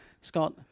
Scott